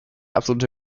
absolute